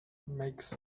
makes